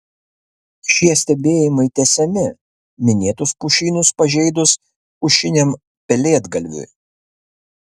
šie stebėjimai tęsiami minėtus pušynus pažeidus pušiniam pelėdgalviui